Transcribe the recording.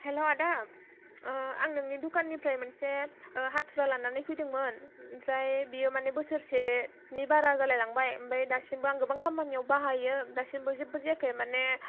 hello आदा आं नोंनि दुखाननिफ्राय मोनसे हाथुरा लानानै फैदोंमोन ओमफ्राय बेयो माने बोसोरसेनि बारा जालायलांबाय आमफ्राय दासिमबो आं गोबां खामानियाव बाहायो दासिमबो जेबो जायाखै मानि